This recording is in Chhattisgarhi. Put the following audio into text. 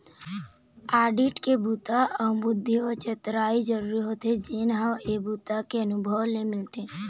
आडिट के बूता बर बुद्धि अउ चतुरई जरूरी होथे जेन ह ए बूता के अनुभव ले मिलथे